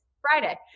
Friday